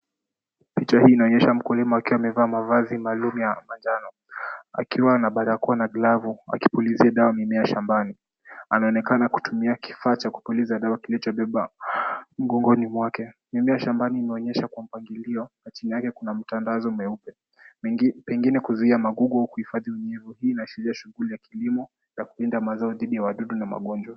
Picha hii inaonyesha mkulima akiwa amevaa mavazi maalum ya manjano akiwa na barakoa na glavu, akipulizia dawa mimea shambani. Anaonekana kutumia kifaa cha kupuliza dawa kilichobeba mgongoni mwake. Mimea shambani imeonyeshwa kwa mpangilio na chini yake kuna mtandazo mweupe pengine kuzuia magugu au kuhifadhi unyevu. Hii inaashiria shughuli ya kilimo ya kulinda mazao dhidi ya wadudu na magonjwa.